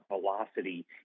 velocity